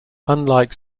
unlike